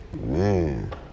Man